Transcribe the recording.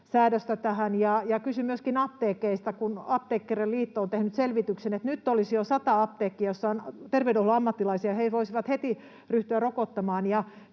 kysyn myöskin apteekeista, kun Apteekkariliitto on tehnyt selvityksen, että nyt olisi jo sata apteekkia, joissa on terveydenhuollon ammattilaisia ja jotka voisivat heti ryhtyä rokottamaan,